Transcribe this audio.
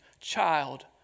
child